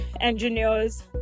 engineers